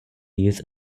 use